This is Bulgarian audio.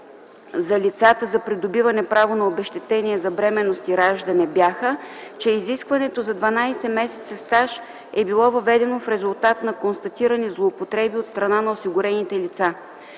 за лицата за придобиване право на обезщетение за бременност и раждане бяха, че изискването за 12 месеца стаж е било въведено в резултат на констатирани злоупотреби от страна на осигурените лица.